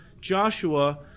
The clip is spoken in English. Joshua